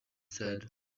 said